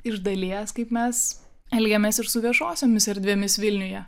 iš dalies kaip mes elgiamės ir su viešosiomis erdvėmis vilniuje